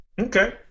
Okay